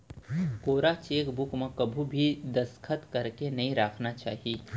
कोरा चेकबूक म कभू भी दस्खत करके नइ राखना चाही